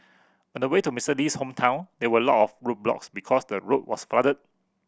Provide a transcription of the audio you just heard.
on the way to Mister Lee's hometown there were a lot of roadblocks because the road was flooded